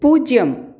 பூஜ்யம்